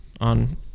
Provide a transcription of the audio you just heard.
on